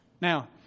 Now